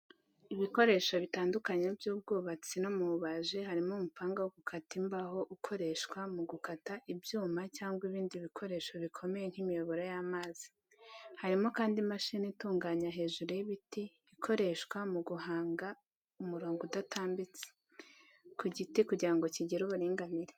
Ibikoresho bitandukanye by’ubwubatsi no mu bubaji harimo umupanga wo gukata imbaho ukoreshwa mu gukata ibyuma cyangwa ibindi bikoresho bikomeye nk’imiyoboro y’amazi. Harimo kandi imashini itunganya hejuru y'ibiti ikoreshwa mu guhanga umurongo udatambitse (surface) ku giti kugira ngo kigire uburinganire.